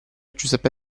giuseppe